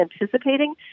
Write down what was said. anticipating